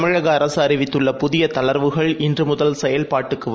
தமிழகஅரசுஅறிவித்துள்ளபுதியதளர்வுகள்இன்றுமுதல்செயல்பாட்டுக்குவ